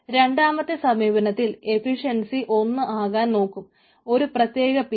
രണ്ടാമത്തെ സമീപനത്തിൽ എഫിഷ്യൻസി 1 ആകാൻ നോക്കും ഒരു പ്രത്യേക p യിൽ